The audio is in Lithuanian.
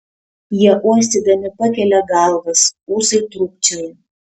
jie uostydami pakelia galvas ūsai trūkčioja